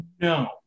no